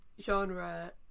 genre